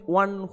one